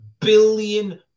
billion